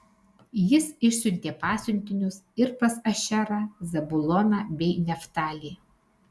jis išsiuntė pasiuntinius ir pas ašerą zabuloną bei neftalį